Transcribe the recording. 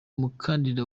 mukandida